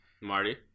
Marty